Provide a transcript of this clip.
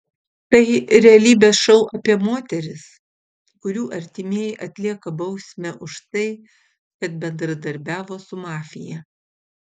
tai realybės šou apie moteris kurių artimieji atlieka bausmę už tai kad bendradarbiavo su mafija